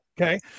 Okay